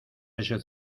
ese